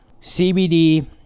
CBD